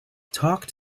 talk